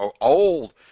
old